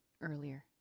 earlier